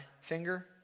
finger